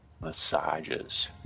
massages